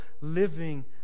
living